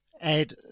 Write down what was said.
add